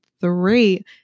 three